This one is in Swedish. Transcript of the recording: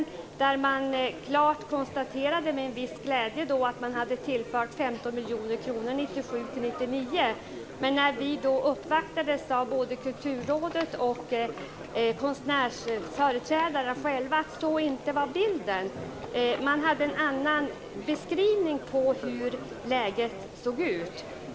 Vi hade med en viss glädje kunnat konstatera att de fria teatergrupperna hade tillförts 15 miljoner kronor 1997-1999. När vi uppvaktades av företrädare för Kulturrådet och för skådespelarna själva gav dessa en annan beskrivning av läget.